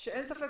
שאין ספק